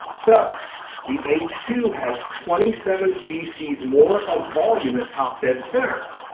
so the h two has twenty seven cc's more ah volume at top dead center,